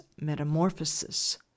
metamorphosis